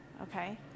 okay